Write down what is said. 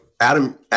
Adam